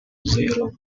zero